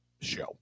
show